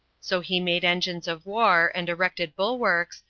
so he made engines of war, and erected bulwarks,